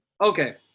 Okay